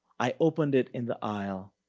i opened it in the aisle.